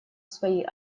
свои